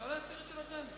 לא להסיר את שלכם?